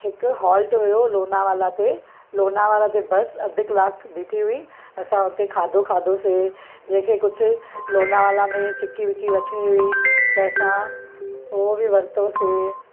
हिकु हॉल्ट हुओ लोनावला ते लोनावला ते बस अधु कलाक बिठी हुई असां हुते खाधो खाधोसीं जेके कुझु लोनावला में चिकी विकी वठणी हुई त असां उहो बि वरितोसीं